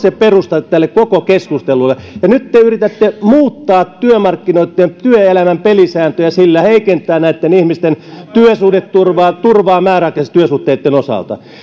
se perusta tälle koko keskustelulle nyt te yritätte muuttaa työmarkkinoitten ja työelämän pelisääntöjä sillä heikentää näitten ihmisten työsuhdeturvaa turvaa määräaikaisten työsuhteitten osalta